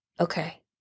Okay